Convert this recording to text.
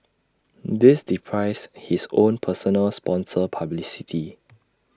this deprives his own personal sponsor publicity